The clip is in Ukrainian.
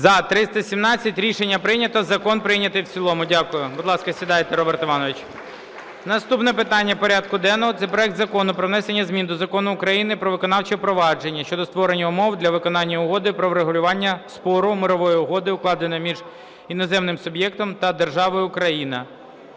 За-317 Рішення прийнято, закон прийнятий в цілому. Дякую. Будь ласка, сідайте, Роберт Іванович. Наступне питання порядку денного – це проект Закону про внесення змін до Закону України "Про виконавче провадження" щодо створення умов для виконання угод про врегулювання спору (мирових угод), укладених між іноземним суб'єктом та державою Україна.